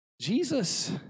Jesus